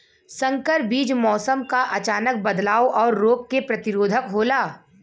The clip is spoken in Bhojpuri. संकर बीज मौसम क अचानक बदलाव और रोग के प्रतिरोधक होला